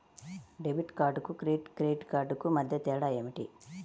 Debit కార్డుకు credit credit కార్డుకు మధ్య తేడా ఏమిటీ?